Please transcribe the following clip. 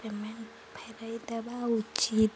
payment ଫେରାଇ ଦେବା ଉଚିତ୍